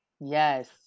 yes